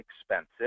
expensive